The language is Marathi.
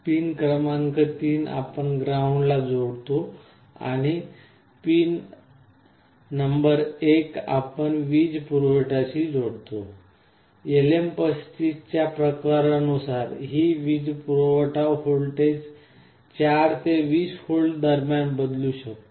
पिन क्रमांक 3 आपण ग्राउंडला जोडतो आणि पिन नंबर 1 आपण वीज पुरवठाशी जोडतो LM35 च्या प्रकारानुसार ही वीजपुरवठा व्होल्टेज 4 ते 20V दरम्यान बदलू शकतो